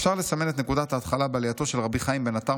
"אפשר לסמן את נקודת ההתחלה בעלייתו של רבי חיים בן עטר